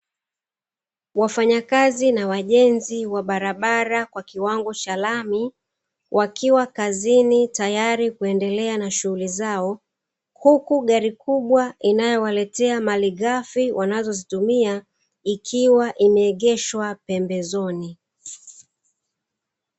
Wakanyakazi na wajenzi wa barabara kwa kiwango cha lami, wakiwa kazini tayari kuendelea na shughuli zao, huku gari kubwa inayowaletea malighafi wanazozitumia, ikiwa imeegeshwa pembezoni.